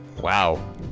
wow